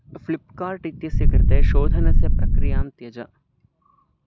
Flipkart इत्यस्य कृते शोधनस्य प्रक्रियां त्यज